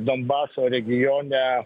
donbaso regione